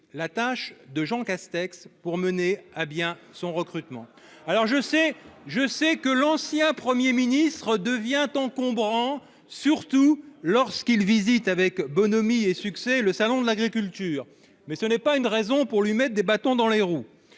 la tâche de Jean Castex pour mener à bien son recrutement. Je sais que l'ancien Premier ministre devient encombrant, surtout lorsqu'il visite avec bonhomie et succès le salon de l'agriculture, mais ce n'est pas une raison pour lui mettre des bâtons dans les roues.